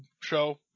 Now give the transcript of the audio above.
show